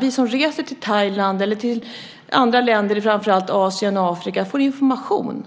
Vi som reser till Thailand eller andra länder i framför allt Asien och Afrika ska få information.